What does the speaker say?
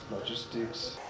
logistics